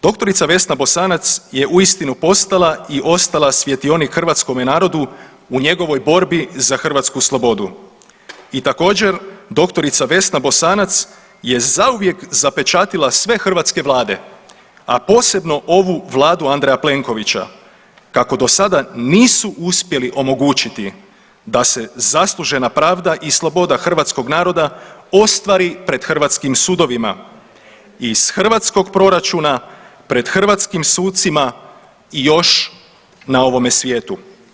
Doktorica Vesna Bosanac je uistinu postala i ostala svjetionik hrvatskome narodu u njegovoj borbi za hrvatsku slobodu i također doktorica Vesna Bosanac je zauvijek zapečatila sve hrvatske vlade, a posebno ovu vladu Andreja Plenkovića, kako do sada nisu uspjeli omogućiti da se zaslužena pravda i sloboda hrvatskog naroda ostvari pred hrvatskim sudovima i iz hrvatskog proračuna pred hrvatskim sucima još na ovome svijetu.